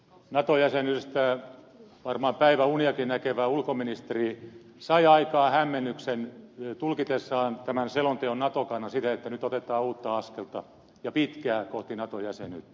nato jäsenyydestä varmaan päiväuniakin näkevä ulkoministeri sai aikaan hämmennyksen tulkitessaan tämän selonteon nato kannan siten että nyt otetaan uutta askelta ja pitkää kohti nato jäsenyyttä